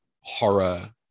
horror